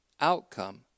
outcome